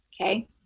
Okay